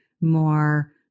more